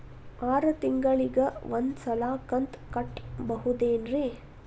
ಆರ ತಿಂಗಳಿಗ ಒಂದ್ ಸಲ ಕಂತ ಕಟ್ಟಬಹುದೇನ್ರಿ?